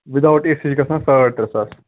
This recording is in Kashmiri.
وِد آوُٹ اے سی چھِ گژھان ساڑ ترٛےٚ ساس